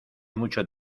mucho